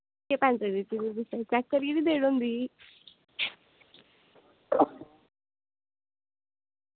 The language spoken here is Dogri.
केह् पैंट दित्ती दी तुसें चैक करियै निं देन होंदी ही